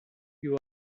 you